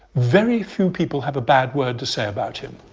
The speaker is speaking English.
very few people have a bad word to say about him.